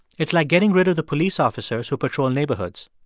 it's like getting rid of the police officers who patrol neighborhoods.